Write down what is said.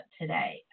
today